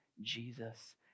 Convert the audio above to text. Jesus